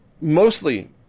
mostly